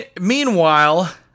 Meanwhile